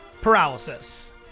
paralysis